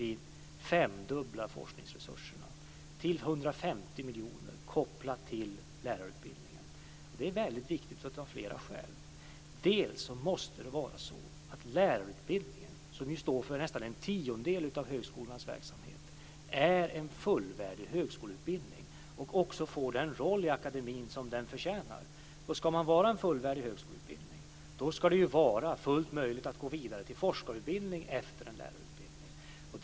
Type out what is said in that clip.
Vi femdubblar forskningsresurserna till 150 miljoner kronor, kopplade till lärarutbildningen. Det är viktigt av flera skäl. Bl.a. måste lärarutbildningen, som står för nästan en tiondel av högskolans verksamhet, vara en fullvärdig högskoleutbildning och också få den roll i akademien som den förtjänar. Ska det vara en fullvärdig högskoleutbildning ska det vara fullt möjligt att gå vidare till forskarutbildning efter lärarutbildningen.